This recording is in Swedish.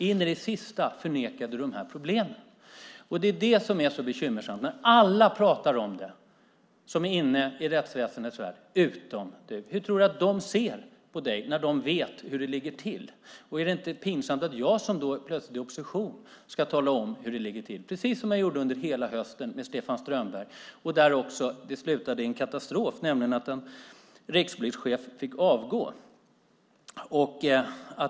In i det sista förnekade du de här problemen. Det som är så bekymmersamt är att alla i rättsväsendets värld pratar om det utom du. Hur tror du att de ser på dig när de vet hur det ligger till? Är det inte pinsamt att jag, som plötsligt är i opposition, ska tala om hur det ligger till, precis som jag gjorde under hela hösten när det gäller Stefan Strömberg? Det slutade i en katastrof där en rikspolischef fick avgå.